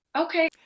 okay